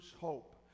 hope